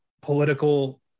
political